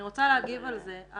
אני רוצה להגיב על זה.